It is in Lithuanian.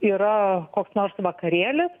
yra koks nors vakarėlis